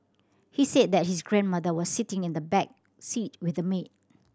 he said that his grandmother was sitting in the back seat with the maid